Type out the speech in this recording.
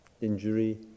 injury